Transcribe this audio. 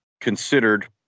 considered